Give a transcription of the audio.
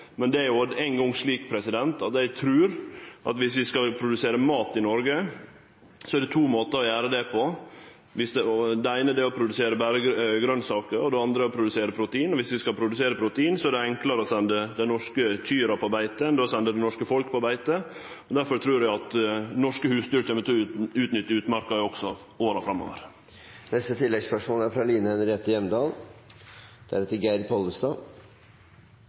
er no eingong slik at eg trur at viss vi skal produsere mat i Noreg, er det to måtar å gjere det på: Den eine er å produsere berre grønsaker, og den andre er å produsere protein. Viss vi skal produsere protein, er det enklare å sende dei norske kyrne på beite enn å sende det norske folk på beite. Difor trur eg at norske husdyr kjem til å utnytte utmarka også i åra